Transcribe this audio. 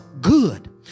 good